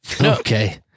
Okay